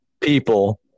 people